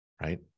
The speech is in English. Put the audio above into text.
right